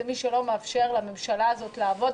זה מי שלא מאפשר לממשלה הזאת לעבוד,